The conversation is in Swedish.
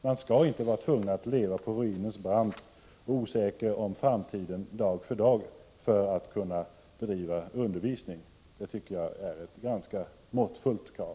Man skall inte vara tvungen att leva på ruinens brant, osäker om framtiden dag för dag, för att kunna bedriva undervisning. Det är ett måttfullt krav.